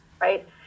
Right